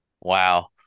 Wow